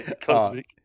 Cosmic